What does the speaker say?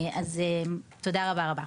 אז תודה רבה רבה.